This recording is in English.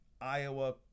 iowa